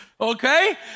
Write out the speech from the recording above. Okay